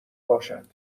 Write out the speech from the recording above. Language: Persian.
باشد